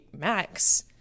Max